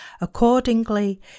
Accordingly